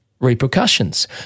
repercussions